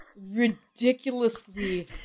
ridiculously